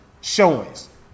showings